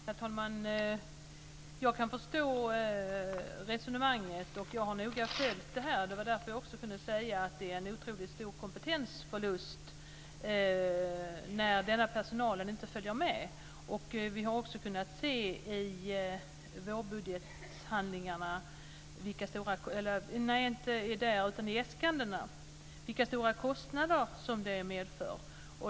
Herr talman! Jag kan förstå resonemanget. Jag har noga följt detta, och det var därför jag också kunde säga att det är en otroligt stor kompetensförlust när denna personal inte följer med. Vi har också kunnat se i äskandena vilka stora kostnader detta medför.